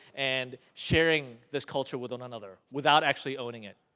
and sharing this culture with another without actually owning it.